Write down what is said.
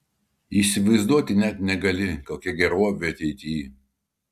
įsivaizduoti net negali kokia gerovė ateity